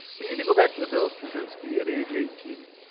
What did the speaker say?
we need to go back to the bill strusinski at age eighteen,